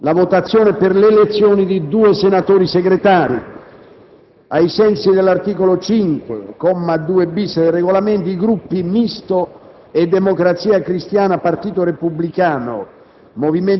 la votazione per l'elezione di due senatori Segretari. Ai sensi dell'articolo 5, comma 2-*bis*, del Regolamento, i Gruppi Misto e Democrazia Cristiana-Partito repubblicano